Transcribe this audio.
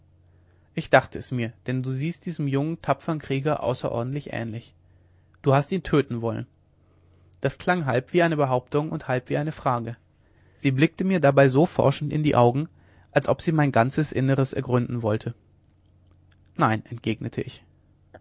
ich dachte es mir denn du siehst diesem jungen tapfern krieger außerordentlich ähnlich du hast ihn töten wollen das klang halb wie eine behauptung und halb wie eine frage sie blickte mir dabei so forschend in die augen als ob sie mein ganzes innere ergründen wolle nein entgegnete ich